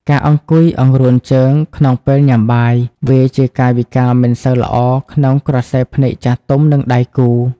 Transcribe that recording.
ការអង្គុយអង្រួនជើងក្នុងពេលញ៉ាំបាយ វាជាកាយវិការមិនសូវល្អក្នុងក្រសែភ្នែកចាស់ទុំ និងដៃគូ។